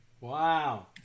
Wow